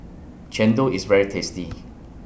Chendol IS very tasty